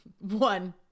one